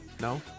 No